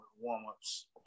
warm-ups